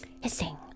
hissing